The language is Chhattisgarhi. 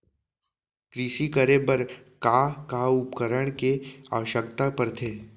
कृषि करे बर का का उपकरण के आवश्यकता परथे?